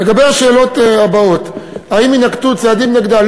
לגבי השאלות הבאות: האם יינקטו צעדים נגדה?